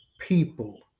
people